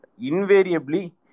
invariably